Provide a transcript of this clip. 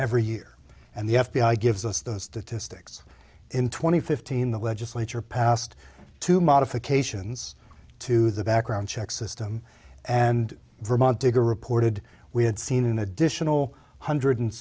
every year and the f b i gives us those statistics in twenty fifteen the legislature passed two modifications to the background check system and vermont digger reported we had seen an additional one hundred